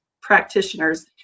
practitioners